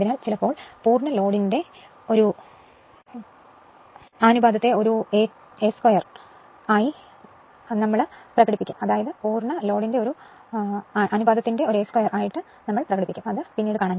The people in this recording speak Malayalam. അതിനാൽ ചിലപ്പോൾ പൂർണ്ണ ലോഡിന്റെ അനുപാതം a 2 of 2 ആയി കാണാം